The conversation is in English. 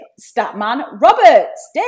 Statman-Roberts